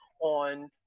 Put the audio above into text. on